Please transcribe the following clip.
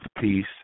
Peace